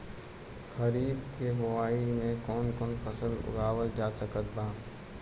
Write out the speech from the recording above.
खरीब के बोआई मे कौन कौन फसल उगावाल जा सकत बा?